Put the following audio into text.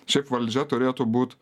šiaip valdžia turėtų būt